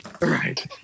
Right